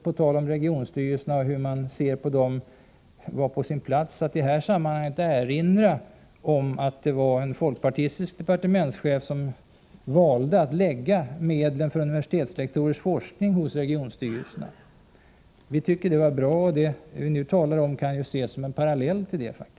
På tal om regionstyrelserna och hur man ser på dem kan det kanske vara på sin plats att i detta sammanhang erinra om att det var en folkpartistisk departementschef som valde att lägga medlen för universitetslektorers forskning hos regionstyrelserna. Vi tyckte att det var bra, och det som vi nu diskuterar kan faktiskt ses som en parallell till detta.